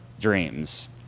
dreams